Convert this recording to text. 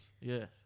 Yes